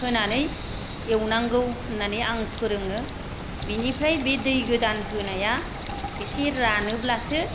होनानै एवनांगौ होननानै आं फोरोङो बिनिफ्राय बे दै गोदान होनाया एसे रोनोब्लासो